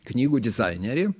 knygų dizainerį